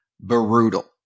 brutal